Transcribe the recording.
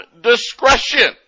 discretion